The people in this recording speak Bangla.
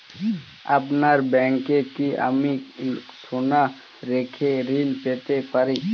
আপনার ব্যাংকে কি আমি সোনা রেখে ঋণ পেতে পারি?